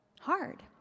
Hard